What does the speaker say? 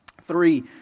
Three